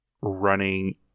running